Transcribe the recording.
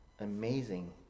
Amazing